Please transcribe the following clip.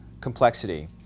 complexity